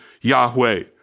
Yahweh